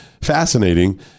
fascinating